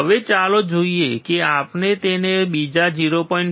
હવે ચાલો જોઈએ કે આપણે તેને બીજા 0